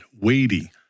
weighty